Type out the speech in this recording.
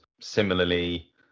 Similarly